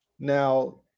Now